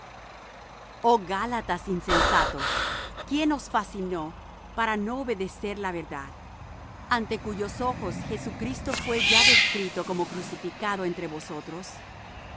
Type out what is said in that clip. oh gálatas insensatos quién os fascinó para no obedecer á la verdad ante cuyos ojos jesucristo fué ya descrito como crucificado entre vosotros